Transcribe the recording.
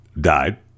died